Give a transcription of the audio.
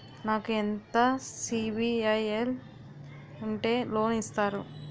నాకు ఎంత సిబిఐఎల్ ఉంటే లోన్ ఇస్తారు?